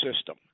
system